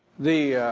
the